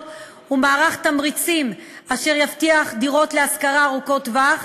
ומערך תמריצים אשר יבטיח דירות להשכרה ארוכת טווח,